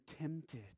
tempted